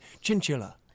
chinchilla